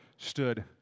stood